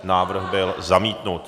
Návrh byl zamítnut.